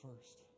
first